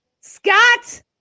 Scott